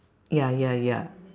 ya ya ya